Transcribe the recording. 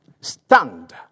stand